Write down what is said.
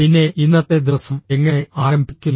പിന്നെ ഇന്നത്തെ ദിവസം എങ്ങനെ ആരംഭിക്കുന്നു